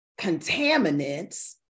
contaminants